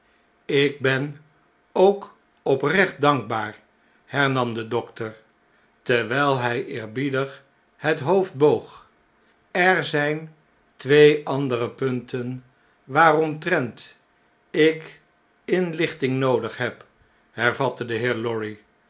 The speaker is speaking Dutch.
lk ben ook oprecht dankbaar hernam de dokter terwjjl hij eerbiedig het hoofd boog er zjjn twee andere punten waaromtrent ik inlichting noodig heb hervatte de heer lorry